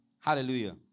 Hallelujah